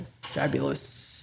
fabulous